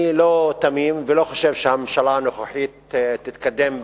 אני לא תמים ולא חושב שהממשלה הנוכחית תתקדם,